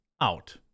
out